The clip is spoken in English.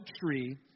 tree